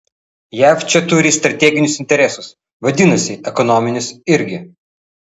jav čia turi strateginius interesus vadinasi ekonominius irgi